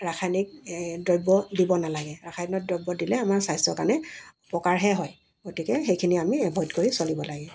ৰাসায়নিক দ্ৰব্য দিব নেলাগে ৰসায়নিক দ্ৰব্য দিলে আমাৰ স্বাস্থ্যৰ কাৰণে অপকাৰহে হয় গতিকে সেইখিনি আমি এভইড কৰি চলিব লাগে